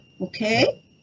okay